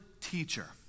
teacher